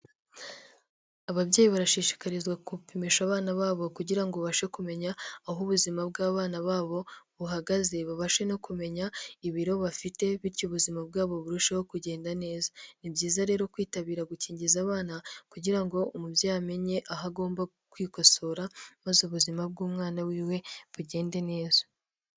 Ababyeyi barashishikarizwa gupimisha abana babo kugira ngo babashe kumenya aho ubuzima bw'abana babo buhagaze, babashe no kumenya ibiro bafite bityo ubuzima bwabo burusheho kugenda neza, ni byiza rero kwitabira gukingiza abana kugira ngo umubyeyi amenye aho agomba kwikosora maze ubuzima bw'umwana wiwe bugende neza.